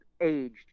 aged